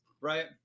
right